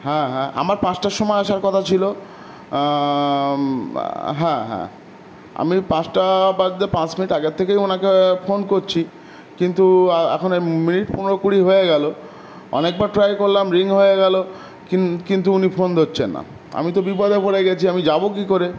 হ্যাঁ হ্যাঁ আমার পাঁচটার সময় আসার কথা ছিলো হ্যাঁ হ্যাঁ আমি পাঁচটা বাদ দিয়ে পাঁচ মিনিট আগের থেকেই ওনাকে ফোন করছি কিন্তু এখন মিনিট পনেরো কুড়ি হয়ে গেলো অনেকবার ট্রাই করলাম রিং হয়ে গেলো কিন্তু কিন্তু উনি ফোন ধরছেন না আমি তো বিপদে পড়ে গেছি আমি যাবো কী করে